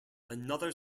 another